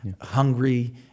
hungry